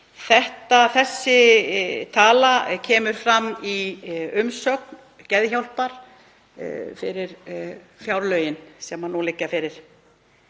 25%? Þessi tala kemur fram í umsögn Geðhjálpar fyrir fjárlögin sem nú liggja fyrir